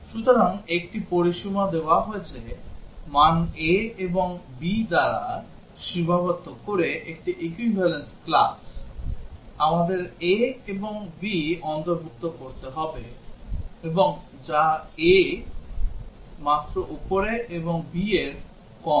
সুতরাং একটি পরিসীমা দেওয়া হয়েছে মান a এবং b দ্বারা সীমাবদ্ধ করে একটি equivalence class আমাদের a এবং b অন্তর্ভুক্ত করতে হবে এবং যা a মাত্র উপরে এবং b এর কম